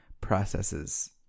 processes